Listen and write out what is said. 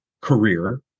career